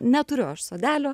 neturiu aš sodelio